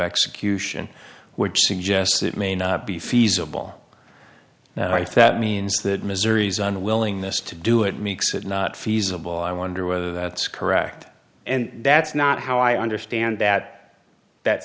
execution which suggests it may not be feasible that means that missouri's unwillingness to do it makes it not feasible i wonder whether that's correct and that's not how i understand that that